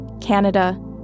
Canada